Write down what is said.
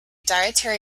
dietary